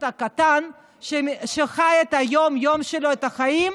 והקטן שחי את היום-יום שלו ואת החיים,